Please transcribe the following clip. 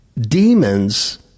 demons